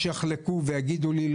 יש שיחלקו ויגידו לי,